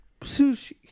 sushi